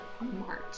March